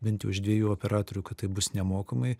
bent jau iš dviejų operatorių kad tai bus nemokamai